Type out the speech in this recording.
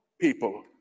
people